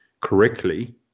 correctly